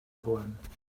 wollen